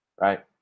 right